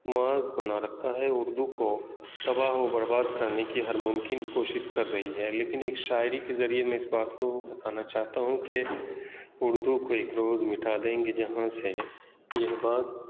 محاذ بنا رکھا ہے اردو کو تباہ و برباد کرنے کی ہر ممکن کوشش کر رہی ہے لیکن ایک شاعری کے ذریعے میں اس بات کو بتانا چاہتا ہوں کہ اردو کو اک روز مٹا دیں گے جہاں سے یہ بات